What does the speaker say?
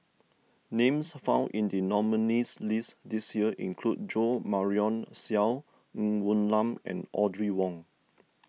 names found in the nominees' list this year include Jo Marion Seow Ng Woon Lam and Audrey Wong